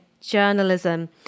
journalism